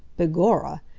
begorra!